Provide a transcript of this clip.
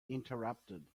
interrupted